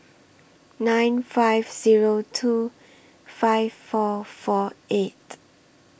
nine five Zero two five four four eight